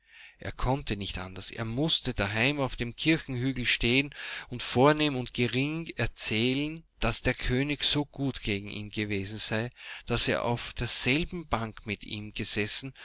er konnte nicht anders er mußte daheim auf dem kirchenhügel stehen und vornehm und gering erzählen daß der könig so gut gegen ihn gewesen sei daß er auf derselben bank mit ihm gesessen